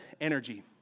energy